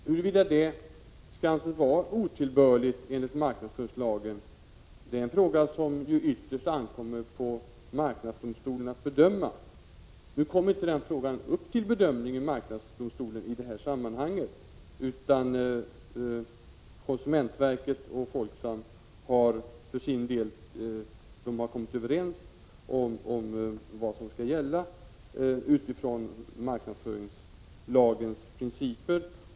Huruvida det skall anses vara otillbörligt enligt marknadsföringslagen är en fråga som det ytterst ankommer på marknadsdomstolen att bedöma. Nu kom den frågan inte upp till bedömning i marknadsdomstolen i detta sammanhang. Konsumentverket och Folksam har kommit överens om vad som bör gälla utifrån marknadsföringslagens principer.